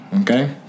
Okay